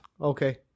Okay